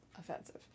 offensive